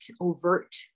overt